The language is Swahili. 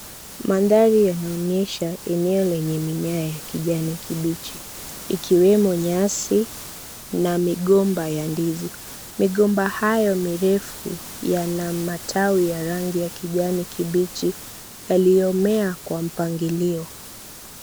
Mandhari yanaonyesha eneo lenye mimea ya kijani kibichi ikiwemo nyasi na migomba ya ndizi. Migomba hayo mirefu yana matawi ya rangi ya kijani kibichi yaliyomea kwa mpangilio.